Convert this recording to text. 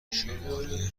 شماره